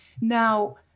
now